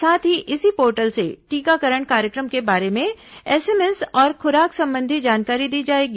साथ ही इसी पोर्टल से टीकाकरण कार्यक्रम के बारे में एसएमएस और खुराक संबंधी जानकारी दी जाएगी